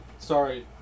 Sorry